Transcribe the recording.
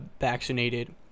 vaccinated